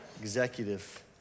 executive